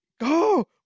Go